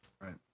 Right